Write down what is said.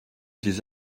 des